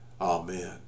Amen